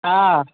हा